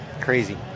Crazy